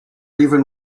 even